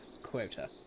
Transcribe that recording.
quota